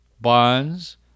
bonds